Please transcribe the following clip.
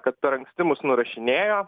kad per anksti mus nurašinėjo